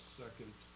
second